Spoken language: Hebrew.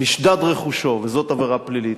נשדד רכושו, וזאת עבירה פלילית,